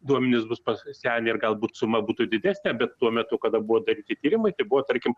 duomenys bus pas senę ir galbūt suma būtų didesnė bet tuo metu kada buvo daryti tyrimai tai buvo tarkim